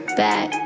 back